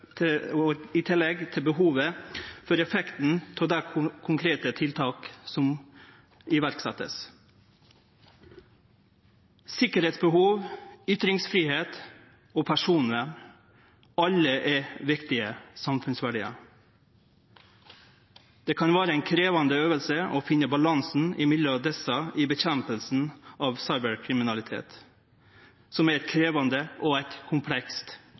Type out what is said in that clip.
til hendingane, i tillegg til behovet for effekten av dei konkrete tiltaka som vert sette i verk. Sikkerheitsbehov, ytringsfridom og personvern – alle er viktige samfunnsverdiar. Det kan vere ei krevjande øving å finne balansen mellom desse verdiane i kampen mot cyberkriminalitet, som er eit krevjande og komplekst